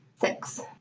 Six